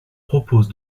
propose